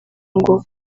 ngo